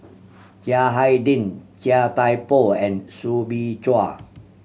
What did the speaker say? Chiang Hai Ding Chia Thye Poh and Soo Bin Chua